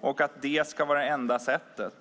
och att det ska vara enda sättet.